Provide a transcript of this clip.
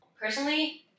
Personally